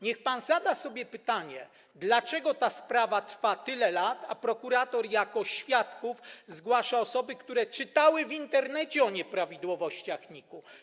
Niech pan zada sobie pytanie: Dlaczego ta sprawa trwa tyle lat, a prokurator jako świadków zgłasza osoby, które czytały w Internecie o nieprawidłowościach w NIK-u?